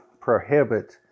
prohibit